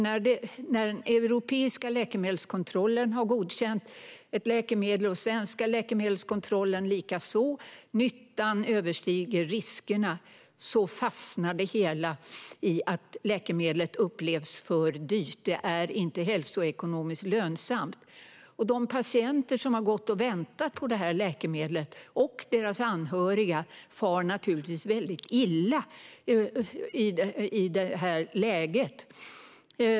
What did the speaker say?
När den europeiska läkemedelskontrollen har godkänt ett läkemedel, den svenska läkemedelskontrollen likaså och man har funnit att nyttan överstiger riskerna, då fastnar det hela i att läkemedlet upplevs som för dyrt och inte hälsoekonomiskt lönsamt. De patienter som har gått och väntat på det här läkemedlet och deras anhöriga far naturligtvis väldigt illa i det läget.